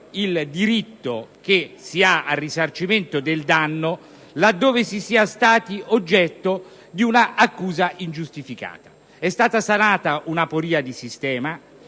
il diritto al risarcimento del danno laddove si sia stati oggetto di un'accusa ingiustificata. Viene così sanata un'aporia di sistema